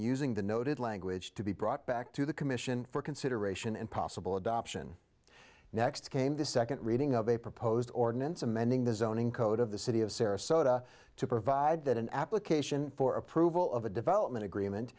using the noted language to be brought back to the commission for consideration and possible adoption next came the second reading of a proposed ordinance amending the zoning code of the city of sarasota to provide that an application for approval of a development agreement